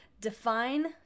define